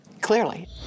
Clearly